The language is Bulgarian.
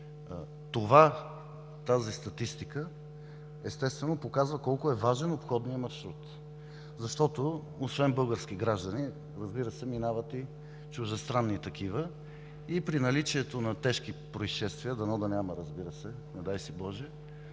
Тази статистика, естествено, показва колко е важен обходният маршрут, защото освен български граждани, разбира се, минават и чуждестранни такива. При наличието на тежки произшествия, дано да няма, разбира се, тази